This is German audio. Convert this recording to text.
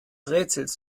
rätsels